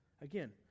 again